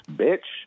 bitch